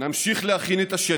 נמשיך להכין את השטח,